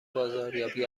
بازاریابی